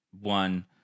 one